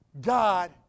God